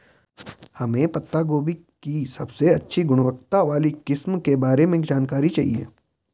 हमें पत्ता गोभी की सबसे अच्छी गुणवत्ता वाली किस्म के बारे में जानकारी चाहिए?